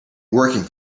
working